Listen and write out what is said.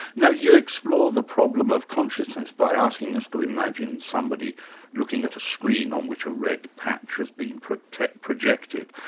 now you explore the problem of consciousness by asking us to imagine somebody looking at a screen on which a red patch has been projected.